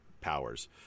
powers